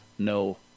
No